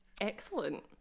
Excellent